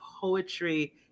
poetry